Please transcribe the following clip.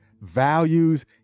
values